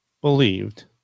believed